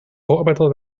bauarbeiter